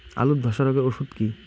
আলুর ধসা রোগের ওষুধ কি?